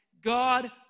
God